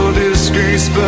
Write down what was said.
disgrace